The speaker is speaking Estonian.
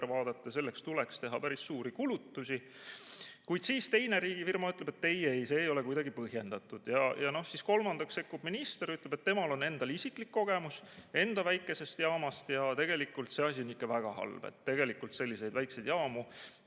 vaadata ja selleks tuleks teha päris suuri kulutusi. Kuid teine riigifirma ütleb, et ei-ei, see ei ole kuidagi põhjendatud. Kolmandaks sekkub minister ja ütleb, et temal on endal isiklik kogemus enda väikesest jaamast ja tegelikult see asi on ikka väga halb, et selliste väikeste jaamade